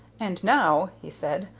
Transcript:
and now, he said,